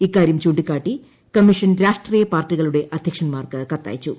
ഇക്കാര്യം ചൂ ിക്കാട്ടി കമ്മീഷൻ രാഷ്ട്രീയ പാർട്ടികളുടെ അധ്യക്ഷൻമാർക്ക് കത്തയച്ചു